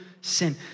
sin